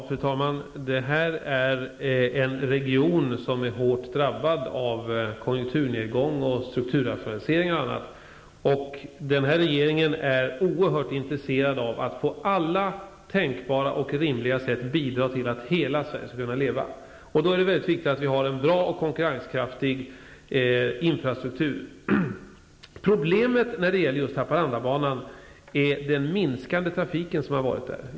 Fru talman! Det här är en region som är hårt drabbad av konjunkturnedgången, strukturrationaliseringar och annat, och regeringen är oerhört intresserad av att på alla tänkbara och rimliga sätt bidra till att hela Sverige skall kunna leva. Då är det mycket viktigt att infrastrukturen är bra och konkurrenskraftig. Problemet när det gäller just Haparandabanan är den minskande trafiken.